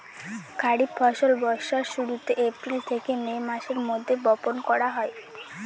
খরিফ ফসল বর্ষার শুরুতে, এপ্রিল থেকে মে মাসের মধ্যে, বপন করা হয়